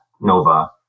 Nova